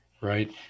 right